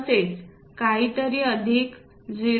तसेच काहीतरी अधिक 0